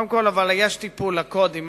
אבל קודם כול, יש טיפול לקודים.